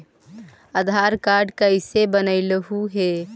आधार card कईसे बनैलहु हे?